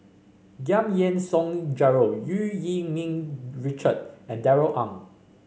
Giam Yean Song Gerald Eu Yee Ming Richard and Darrell Ang